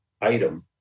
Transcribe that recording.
item